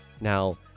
now